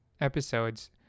episodes